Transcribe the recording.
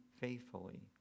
faithfully